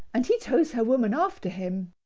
and he tows her woman after him.